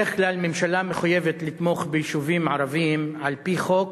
בדרך כלל ממשלה מחויבת לתמוך ביישובים ערביים על-פי חוק,